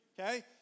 Okay